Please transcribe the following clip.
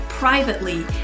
Privately